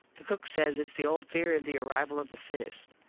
the cook says its the old theory of the arrival of the fittest.